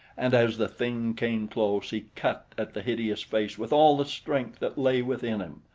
and as the thing came close, he cut at the hideous face with all the strength that lay within him.